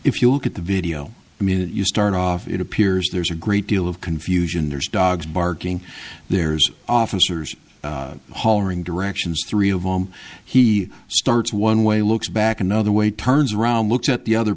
if you look at the video the minute you start off it appears there's a great deal of confusion there's dogs barking there's officers hollering directions three of them he starts one way looks back another way turns around looks at the other